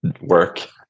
work